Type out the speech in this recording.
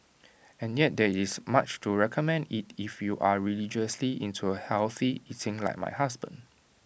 and yet there is much to recommend IT if you are religiously into A healthy eating like my husband